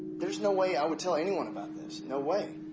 there is no way i would tell anyone about this. no way.